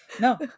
No